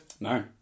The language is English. No